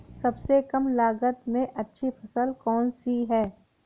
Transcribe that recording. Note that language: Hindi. सबसे कम लागत में अच्छी फसल कौन सी है?